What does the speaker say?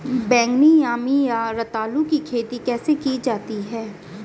बैगनी यामी या रतालू की खेती कैसे की जाती है?